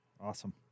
Awesome